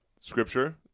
scripture